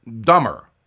dumber